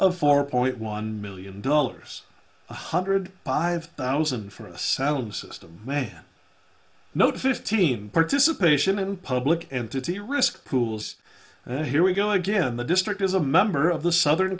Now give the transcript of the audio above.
of four point one million dollars one hundred five thousand for asylum system may no fifteen participation in public entity risk pools and here we go again the district is a member of the southern